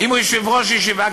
אם הוא יושב-ראש ישיבה,